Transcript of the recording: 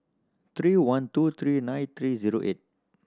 three one two three nine three zero eight